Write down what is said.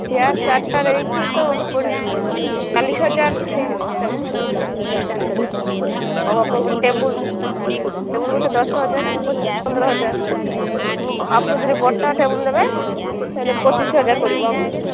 chair ଚାରିଟା ଦେଇକି ତ ପଡ଼ିବ ଚାଳିଶି ହଜାର ହେଇଯିବ ଚାଳିଶି ଏକ ଚାଳିଶି ହଜାର ଆଉ ଆପଣଙ୍କ ଟେବୁଲ୍ ଟେବୁଲ୍ ଗୋଟେ ଦଶ ହଜାର କି ପନ୍ଦର ହଜାର ଆପଣ ଯଦି ବଡ଼ଟା ଟେବୁଲ୍ ନେବେ ତା'ହେଲେ ପଚିଶି ହଜାର ପଡ଼ିବ ଆପଣଙ୍କୁ